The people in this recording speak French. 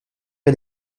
est